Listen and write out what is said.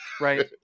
right